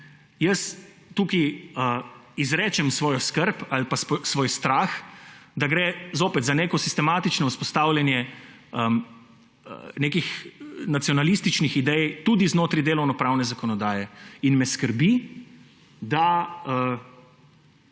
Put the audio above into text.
jaz tu izrekam svojo skrb ali pa svoj strah, da gre zopet za neko sistematično vzpostavljanje nekih nacionalističnih idej tudi znotraj delovnopravne zakonodaje, in me skrbi, da